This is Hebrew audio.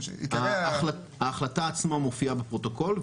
ההחלטה עצמה מופיעה בפרוטוקול,